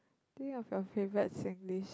think of your favourite Singlish